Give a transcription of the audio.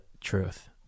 truth